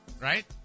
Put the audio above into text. right